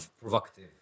Provocative